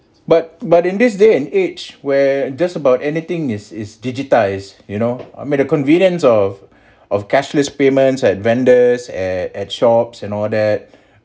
but but in this day and age where just about anything is is digitize you know I mean a convenience of of cashless payments at vendors at at shops and all that